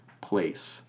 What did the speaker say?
place